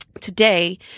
today